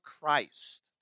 Christ